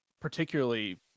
particularly